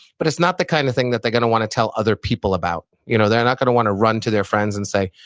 but it's not the kind of thing that they're going to want to tell other people about. you know they're not going to want to run to their friends and say,